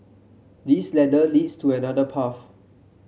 this ladder leads to another path